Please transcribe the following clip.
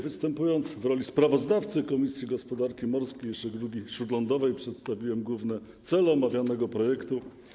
Występując w roli sprawozdawcy Komisji Gospodarki Morskiej i Żeglugi Śródlądowej, przedstawiłem główne cele omawianego projektu.